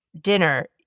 dinner